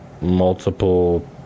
Multiple